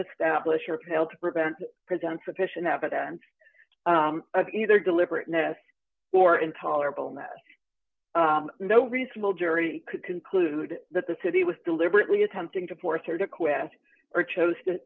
establish or pale to prevent present sufficient evidence either deliberateness or intolerable and that no reasonable jury could conclude that the city was deliberately attempting to force her to quit or chose to